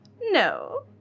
No